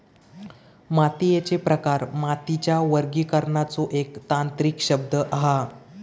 मातीयेचे प्रकार मातीच्या वर्गीकरणाचो एक तांत्रिक शब्द हा